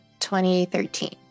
2013